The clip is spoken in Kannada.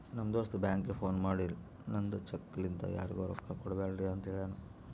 ನಮ್ ದೋಸ್ತ ಬ್ಯಾಂಕ್ಗ ಫೋನ್ ಮಾಡಿ ನಂದ್ ಚೆಕ್ ಲಿಂತಾ ಯಾರಿಗೂ ರೊಕ್ಕಾ ಕೊಡ್ಬ್ಯಾಡ್ರಿ ಅಂತ್ ಹೆಳುನೂ